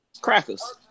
crackers